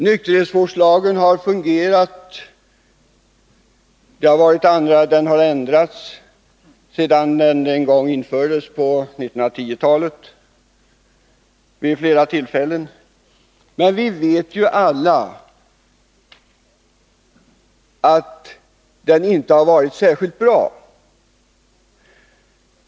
Nykterhetsvårdslagen har ändrats vid flera tillfällen sedan den infördes på 1910-talet, men vi vet alla att den inte har fungerat särskilt bra.